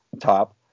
top